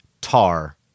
Tar